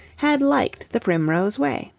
had liked the primrose way.